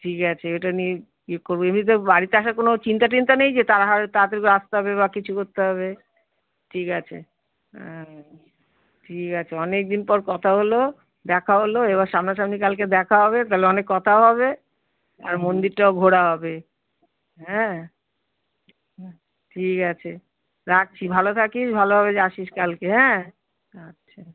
ঠিক আছে এটা নিয়ে ইয়ে করব এমনিতে বাড়িতে আসার কোনো চিন্তা টিন্তা নেই যে তা না তাড়াতাড়ি করে আসতে হবে বা কিছু করতে হবে ঠিক আছে ঠিক আছে অনেক দিন পর কথা হলো দেখা হলো এবার সামনাসামনি কালকে দেখা হবে তাহলে অনেক কথাও হবে আর মন্দিরটাও ঘোরা হবে হ্যাঁ হ্যাঁ ঠিক আছে রাখছি ভালো থাকিস ভালোভাবে যে আসিস কালকে হ্যাঁ আচ্ছা